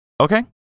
Okay